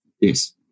yes